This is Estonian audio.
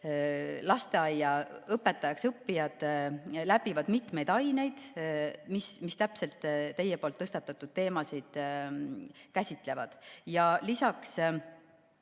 lasteaiaõpetajaks õppijad läbivad mitmeid aineid, mis täpselt teie poolt tõstatatud teemasid käsitlevad. Ja lisaks